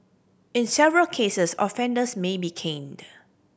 in several cases offenders may be caned